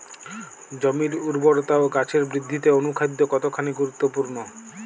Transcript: জমির উর্বরতা ও গাছের বৃদ্ধিতে অনুখাদ্য কতখানি গুরুত্বপূর্ণ?